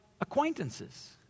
acquaintances